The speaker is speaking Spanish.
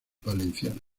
valenciana